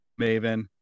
maven